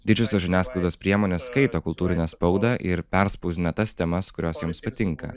didžiosios žiniasklaidos priemonės skaito kultūrinę spaudą ir perspausdina tas temas kurios joms patinka